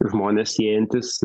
žmones siejantis